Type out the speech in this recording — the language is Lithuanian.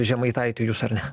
žemaitaiti jus ar ne